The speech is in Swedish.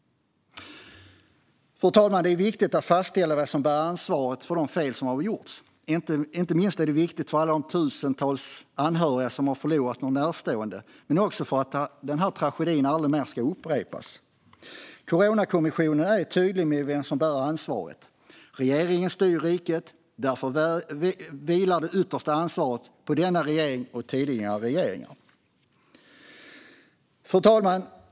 Fru talman! Det är viktigt att fastställa vem som bär ansvaret för de fel som har gjorts. Det är inte minst viktigt för alla de tusentals anhöriga som har förlorat någon närstående, men också för att denna tragedi aldrig mer ska upprepas. Coronakommissionen är tydlig med vem som bär ansvaret. Regeringen styr riket. Därför vilar det yttersta ansvaret på denna regering och tidigare regeringar. Fru talman!